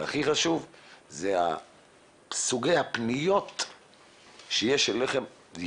והכי חשוב זה סוגי הפניות שיש אליכם,